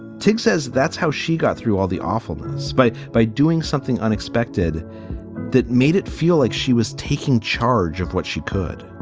btig says that's how she got through all the awfulness, but by doing something unexpected that made it feel like she was taking charge of what she could